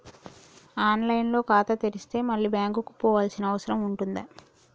On line లో ఖాతా తెరిస్తే మళ్ళీ బ్యాంకుకు పోవాల్సిన అవసరం ఉంటుందా?